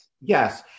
Yes